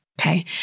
Okay